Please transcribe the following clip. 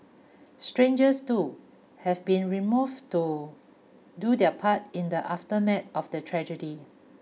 strangers too have been removed to do their part in the after mat of the tragedy